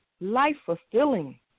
life-fulfilling